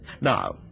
Now